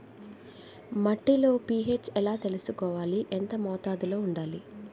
మట్టిలో P H తెలుసుకోవాలి? ఎంత మోతాదులో వుండాలి?